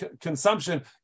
consumption